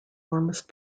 warmest